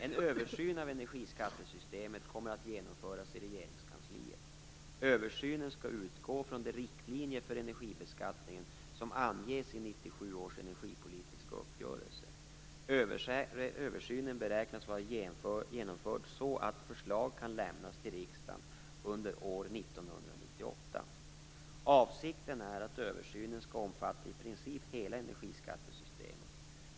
En översyn av energiskattesystemet kommer att genomföras i Regeringskansliet. Översynen skall utgå från de riktlinjer för energibeskattningen som anges i 1997 års energipolitiska uppgörelse. Översynen beräknas vara genomförd så att förslag kan lämnas till riksdagen under år 1998. Avsikten är att översynen skall omfatta i princip hela energiskattesystemet.